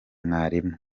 mwalimu